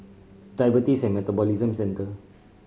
Diabetes and Metabolism Centre